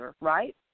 right